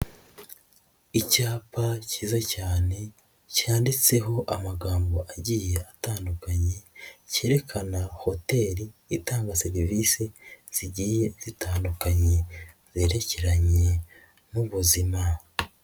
Icyapa cyiza cyane cyanditseho amagambo agiye atandukanye, cyerekana hoteli itanga serivisi zigiye zitandukanye zerekeranye n'ubuzima.